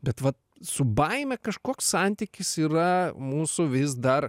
bet va su baime kažkoks santykis yra mūsų vis dar